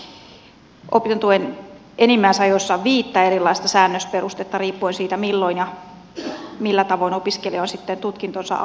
meillä on jopa opintotuen enimmäisajoissa viittä erilaista säännösperustetta riippuen siitä milloin ja millä tavoin opiskelija on tutkintonsa aloittanut